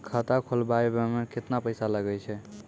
खाता खोलबाबय मे केतना पैसा लगे छै?